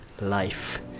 life